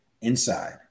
inside